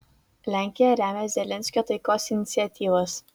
lenkija remia zelenskio taikos iniciatyvas